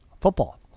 Football